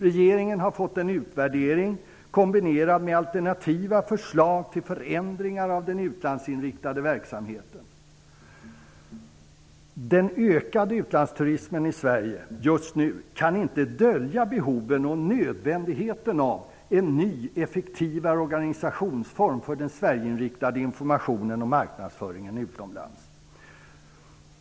Regeringen har fått en utvärdering, kombinerad med alternativa förslag till förändringar av den utlandsinriktade verksamheten. Den ökade utlandsturismen i Sverige just nu kan inte dölja behoven och nödvändigheten av en ny, effektivare organisationsform för den Sverigeinriktade informationen och marknadsföringen utomlands.